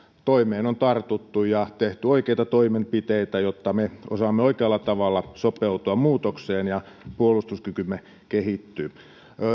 toimeen on tartuttu ja tehty oikeita toimenpiteitä jotta me osaamme oikealla tavalla sopeutua muutokseen ja puolustuskykymme kehittyy